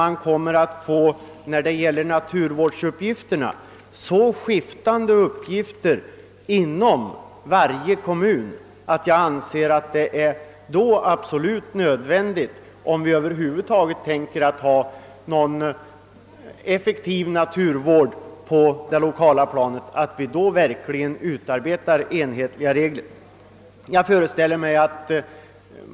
Men naturvårdsuppgif terna kommer fortfarande att vara så skiftande inom varje kommun, att jag anser det absolut nödvändigt — om vi över huvud taget skall ha någon effektiv naturvård på det lokala planet — att utarbeta särskilda regler för dem.